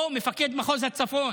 או מפקד מחוז הצפון.